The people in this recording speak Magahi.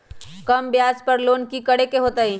कम ब्याज पर लोन की करे के होतई?